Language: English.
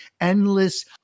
endless